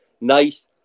Nice